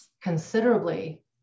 considerably